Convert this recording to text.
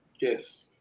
Yes